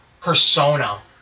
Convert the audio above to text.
persona